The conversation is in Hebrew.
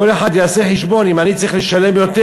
כל אחד יעשה חשבון: אם אני צריך לשלם יותר,